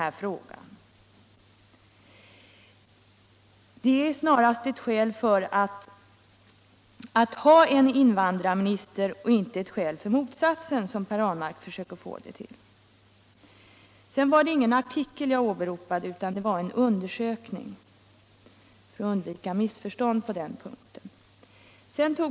Det är därför snarast skäl för att ha en invandrarminister och inte ett skäl för motsatsen, såsom Per Ahlmark försöker få det till. Vidare var det ingen artikel om språkundervisningen som jag åberopade, utan det var en undersökning — jag meddelar detta för att undvika vidare missförstånd på den punkten.